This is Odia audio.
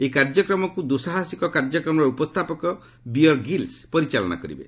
ଏହି କାର୍ଯ୍ୟକ୍ରମକୁ ଦୁଃସାହସିକ କାର୍ଯ୍ୟକ୍ରମର ଉପସ୍ଥାପକ ବିୟର ଗ୍ରୀଲ୍ସ ପରିଚାଳନା କରିବେ